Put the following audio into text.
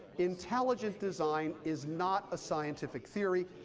intelligent design is not a scientific theory.